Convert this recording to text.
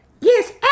Yes